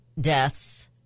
deaths